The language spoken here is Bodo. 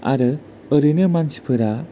आरो ओरैनो मानसिफोरा